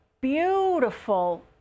beautiful